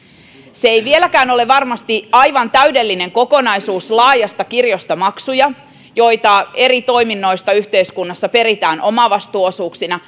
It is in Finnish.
se ei vieläkään ole varmasti aivan täydellinen kokonaisuus laajasta kirjosta maksuja joita eri toiminnoista yhteiskunnassa peritään omavastuuosuuksina